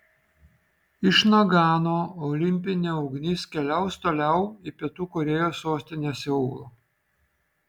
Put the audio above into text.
iš nagano olimpinė ugnis keliaus toliau į pietų korėjos sostinę seulą